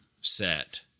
set